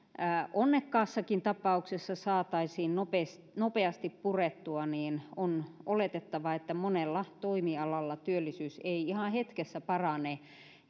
onnekkaassakin tapauksessa saataisiin nopeasti nopeasti purettua niin on oletettavaa että monella toimialalla työllisyys ei ihan hetkessä parane